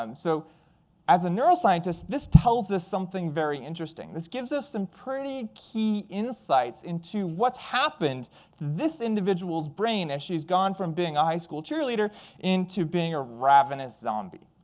um so as a neuroscientist, this tells us something very interesting. this gives us some pretty key insights into what's happened to this individual's brain as she's gone from being a high school cheerleader into being a ravenous zombie.